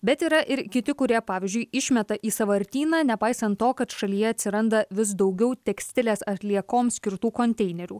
bet yra ir kiti kurie pavyzdžiui išmeta į sąvartyną nepaisant to kad šalyje atsiranda vis daugiau tekstilės atliekoms skirtų konteinerių